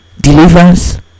deliverance